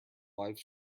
live